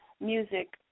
music